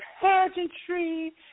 pageantry